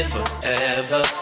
Forever